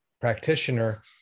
practitioner